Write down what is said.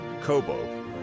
Kobo